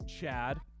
Chad